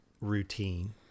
routine